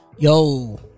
Yo